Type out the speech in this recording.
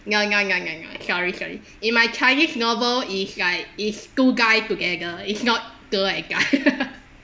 no no no no no sorry sorry in my chinese novel it's like it's two guy together it's not girl and guy